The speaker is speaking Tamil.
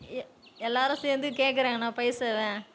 ஏ எல்லோரும் சேர்ந்து கேட்கறாங்கண்ணா பைசாவை